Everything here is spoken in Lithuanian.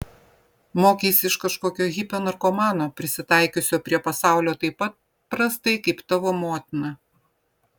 mokeisi iš kažkokio hipio narkomano prisitaikiusio prie pasaulio taip pat prastai kaip tavo motina